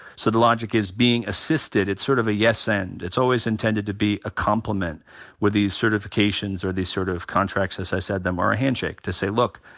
so the logic is being assisted, it's sort of a yes, and? it's always intended to be a complement with these certifications or the sort of contracts as i said. or a handshake to say look,